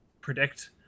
predict